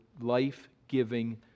life-giving